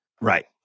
Right